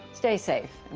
stay safe,